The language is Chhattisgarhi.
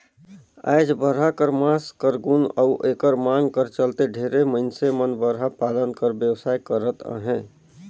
आएज बरहा कर मांस कर गुन अउ एकर मांग कर चलते ढेरे मइनसे मन बरहा पालन कर बेवसाय करत अहें